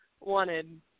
wanted